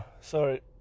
sorry